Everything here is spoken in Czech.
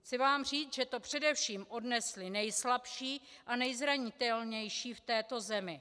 Chci vám říct, že to především odnesli ti nejslabší a nejzranitelnější v této zemi.